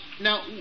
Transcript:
now